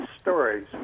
stories